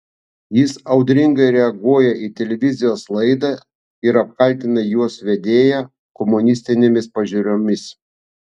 jis audringai reaguoja į televizijos laidą ir apkaltina jos vedėją komunistinėmis pažiūromis